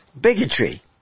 bigotry